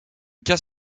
cas